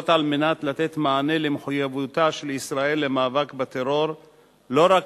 כדי לתת מענה למחויבותה של ישראל למאבק בטרור לא רק